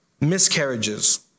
miscarriages